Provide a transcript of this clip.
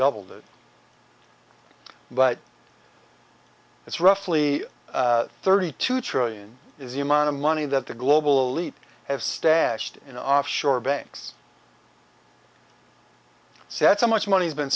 doubled it but it's roughly thirty two trillion is the amount of money that the global elite have stashed in offshore banks so that so much money has been